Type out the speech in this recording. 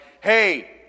Hey